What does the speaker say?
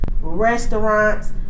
restaurants